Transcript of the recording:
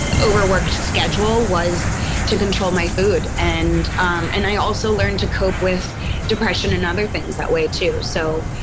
overworked schedule was to control my food. and, um and i also learned to cope with depression and other things that way, too. so,